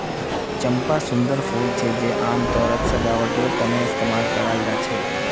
चंपा सुंदर फूल छे जे आमतौरत सजावटेर तने इस्तेमाल कराल जा छे